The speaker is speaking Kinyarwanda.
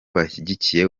bashyigikiye